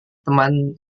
teman